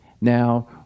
Now